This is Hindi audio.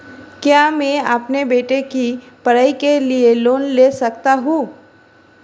क्या मैं अपने बेटे की पढ़ाई के लिए लोंन ले सकता हूं?